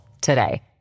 today